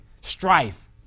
strife